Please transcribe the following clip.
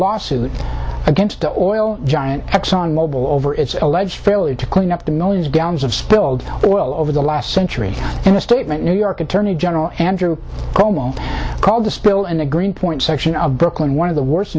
lawsuit against the oil giant exxon mobil over its alleged fairly to clean up the noise gallons of spilled oil over the last century in a statement new york attorney general andrew cuomo called the spill in the green point section of brooklyn one of the worst